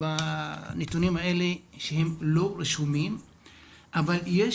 בנתונים האלה יש כאלה שהם לא רשומים אבל יש